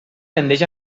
tendeix